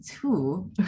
two